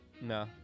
No